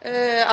er